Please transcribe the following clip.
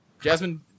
Jasmine